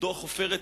דוח "עופרת יצוקה".